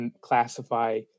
classify